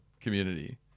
community